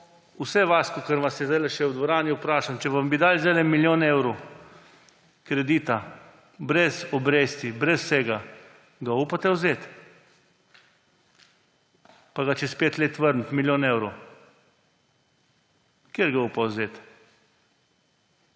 Vse vas, kolikor vas je zdajle še v dvorani, vprašam: če bi vam dali zdajle milijon evrov kredita brez obresti, brez vsega, ga upate vzeti pa ga čez pet let vrniti, milijon evrov? Kdo ga upa vzeti?